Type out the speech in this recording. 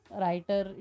writer